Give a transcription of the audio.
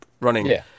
running